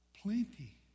Plenty